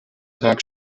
tag